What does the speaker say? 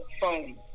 phone